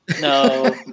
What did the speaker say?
no